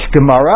Gemara